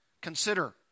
consider